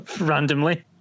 Randomly